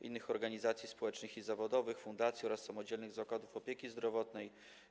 innych organizacji społecznych i zawodowych, fundacji oraz samodzielnych zakładów opieki zdrowotnej.